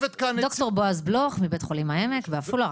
ד"ר בועז בלוך מבית חולים העמק בעפולה.